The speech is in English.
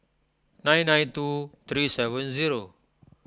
nine nine two three seven zero